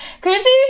chrissy